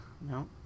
no